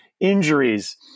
injuries